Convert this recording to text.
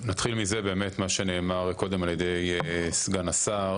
נתחיל מזה, באמת, מה שנאמר קודם על ידי סגן השר.